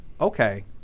okay